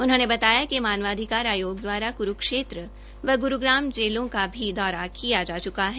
उन्होंने बताया कि मानवाधिकार आयोग द्वारा कुरूक्षेत्र व गुरूग्राम जेलों का भी दौरा किया चुका है